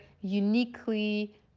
uniquely